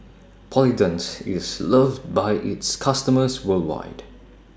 Polident IS loved By its customers worldwide